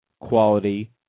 quality